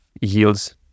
yields